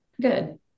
good